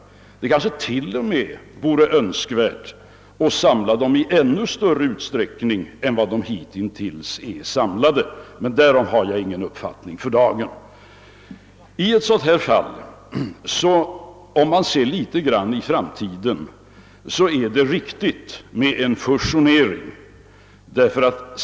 Kanske vore det till och med önskvärt att samla dem i ännu större utsträckning än hitintills, men därom har jag för dagen ingen uppfattning. Om man tänker litet grand på framtiden är det också riktigt med en fusion i detta fall.